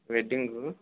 wedding